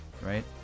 right